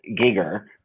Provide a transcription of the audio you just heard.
Giger